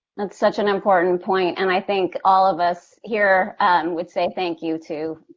that's such an important point, and i think all of us here would say thank you to,